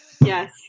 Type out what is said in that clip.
Yes